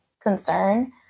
concern